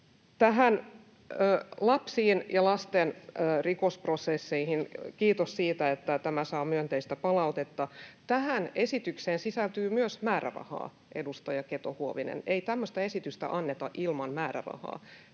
Lapsiin ja lasten rikosprosesseihin: Kiitos siitä, että tämä saa myönteistä palautetta. Tähän esitykseen sisältyy myös määrärahaa, edustaja Keto-Huovinen. Ei tämmöistä esitystä anneta ilman määrärahaa,